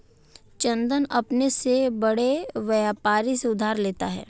चंदन अपने से बड़े व्यापारी से उधार लेता है